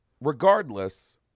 regardless